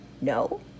No